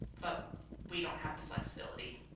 but we don't have the flexibility.